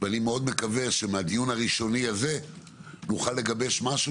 אני מאוד מקווה שמהדיון הראשוני הזה נוכל לגבש משהו